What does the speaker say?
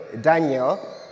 Daniel